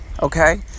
Okay